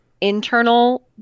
internal